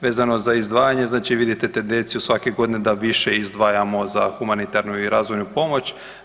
Vezano za izdvajanje, znači vidite tendenciju svake godine da više izdvajamo za humanitarnu i razvojnu pomoć.